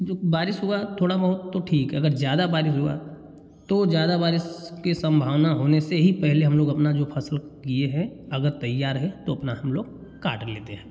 बारिश हुआ थोड़ा बहुत तो ठीक है अगर ज़्यादा बारिश हुआ तो ज़्यादा बारिश के संभावना होने से ही पहले हम लोग अपना जो फसल किए हैं अगर तैयार है तो अपना हम लोग काट लेते हैं